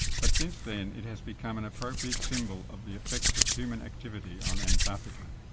but since then it has become an appropriate symbol of the effects of human activity on antarctica.